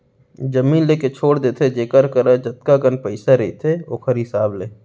जमीन लेके छोड़ देथे जेखर करा जतका कन पइसा रहिथे ओखर हिसाब ले